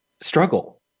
Struggle